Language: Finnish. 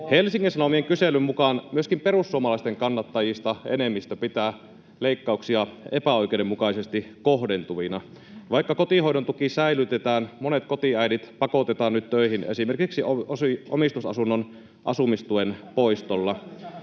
Helsingin Sanomien kyselyn mukaan myöskin perussuomalaisten kannattajista enemmistö pitää leikkauksia epäoikeudenmukaisesti kohdentuvina. Vaikka kotihoidon tuki säilytetään, monet kotiäidit pakotetaan nyt töihin esimerkiksi omistusasunnon asumistuen poistolla.